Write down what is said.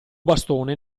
bastone